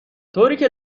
طوریکه